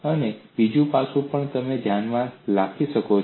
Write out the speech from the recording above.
અને બીજું પાસું પણ તમે ધ્યાનમાં રાખી શકો છો